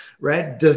Right